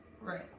Right